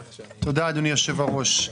תודה, אדוני יושב-הראש.